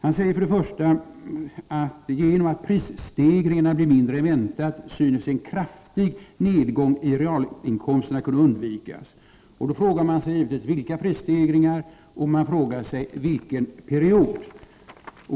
Han säger för det första: ”Genom att prisstegringarna blir mindre än väntat i år synes en kraftig nedgång i realinkomsterna kunna undvikas.” Då frågar man sig givetvis: Vilka prisstegringar och under vilken period?